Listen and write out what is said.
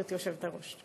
גברתי היושבת-ראש,